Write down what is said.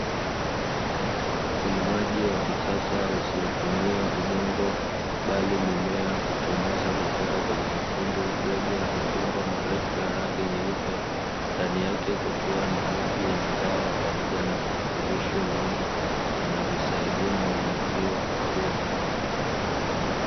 Ulimaji wa kisasa usiotumia udongo bali mimea huchomoza kutoka kwenye matundu madogo ya mabomba marefu ya rangi nyeupe, ndani yake kukiwa na maji yenye dawa pamoja na virutubisho muhimu vinavyosaidia mimea hiyo kukua.